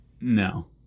No